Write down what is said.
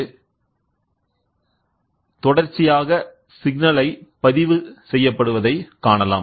எனவே நேரத்தை பொருத்து தொடர்ச்சியாக சிக்னல் பதிவு செய்யப்படுவதை காணலாம்